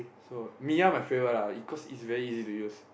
so Miya my favourite lah cause it's very easy to use